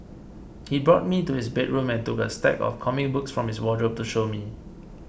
he brought me to his bedroom and took a stack of comic books from his wardrobe to show me